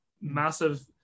massive